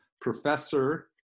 Professor